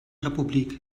republik